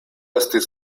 estis